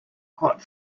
hot